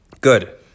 Good